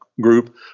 group